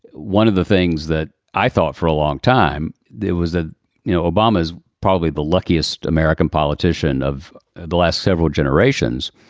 one of the things that i thought for a long time there was a you know, obama is probably the luckiest american politician of the last several generations.